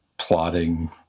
plotting